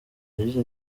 yagize